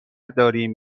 داریم